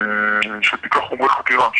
שתיקח חומרי חקירה,